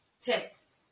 text